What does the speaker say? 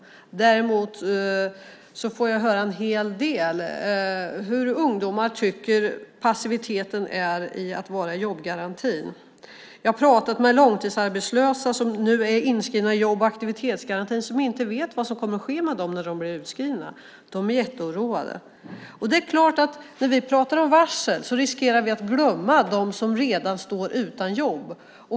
Jag får höra en hel del om den passivitet ungdomar upplever i jobbgarantin. Jag har pratat med långtidsarbetslösa som nu är inskrivna i jobb och aktivitetsgarantin och som inte vet vad som kommer att ske med dem när de blir utskrivna. De är jätteoroade. När vi pratar om varsel riskerar vi att glömma dem som redan står utan jobb.